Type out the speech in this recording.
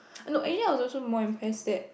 look Asia is also more impressed that